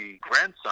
grandson